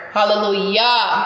Hallelujah